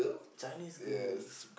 Chinese girls